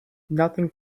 nothing